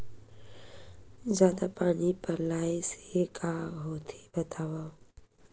जादा पानी पलोय से का होथे बतावव?